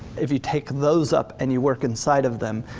if you take those up and you work inside of them,